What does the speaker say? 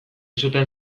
zuten